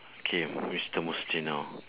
K mister mustino